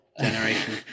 generation